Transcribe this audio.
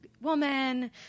woman